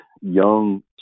young